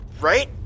right